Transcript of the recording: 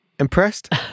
Impressed